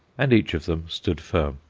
and each of them stood firm.